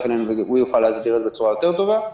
אלינו והוא יוכל להסביר את זה בצורה יותר טובה.